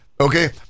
Okay